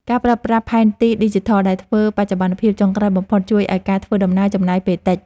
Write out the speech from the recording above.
ការប្រើប្រាស់ផែនទីឌីជីថលដែលធ្វើបច្ចុប្បន្នភាពចុងក្រោយបំផុតជួយឱ្យការធ្វើដំណើរចំណាយពេលតិច។